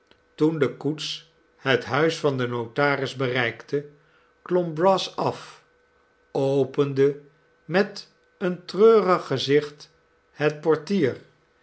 toen de koets het huis van den notaris bereikte klom brass af opende met een treurig gezicht het portier